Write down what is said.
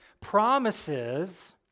promises